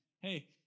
hey